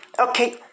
Okay